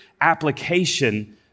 application